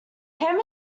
ham